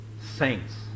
saints